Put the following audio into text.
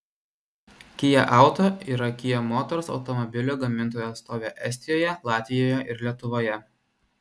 kia auto yra kia motors automobilių gamintojų atstovė estijoje latvijoje ir lietuvoje